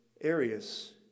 areas